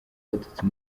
abatutsi